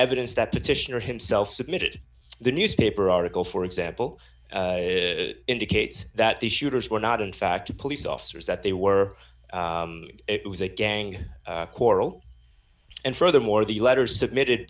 evidence that petitioner himself submitted the newspaper article for example indicates that the shooters were not in fact the police officers that they were it was a gang quarrel and furthermore the letters submitted